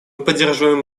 поддерживаем